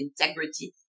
integrity